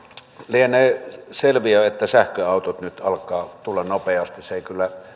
lienee selviö että sähköautot nyt alkavat tulla nopeasti se ei kyllä